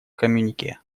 коммюнике